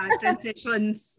transitions